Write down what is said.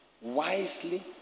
wisely